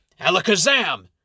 Alakazam